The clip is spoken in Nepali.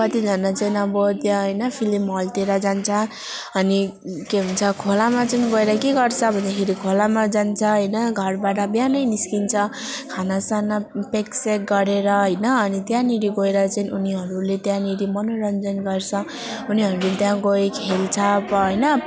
कतिजना चाहिँ अब त्यहाँ होइन फिल्म हलतिर जान्छ अनि के भन्छ खोलामा चाहिँ गएर के गर्छ भन्दाखेरि खोलामा जान्छ होइन घरबाट बिहानै निस्किन्छ खानासाना प्याकस्याक गरेर होइन अनि त्यहाँनिर गएर चाहिँ उनीहरूले त्यहाँनिर मनोरञ्जन गर्छ उनीहरूले त्यहाँ गई खेल्छ अब होइन